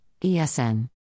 ESN